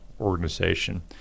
organization